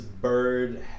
Bird